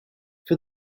for